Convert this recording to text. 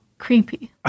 creepy